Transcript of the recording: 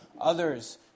others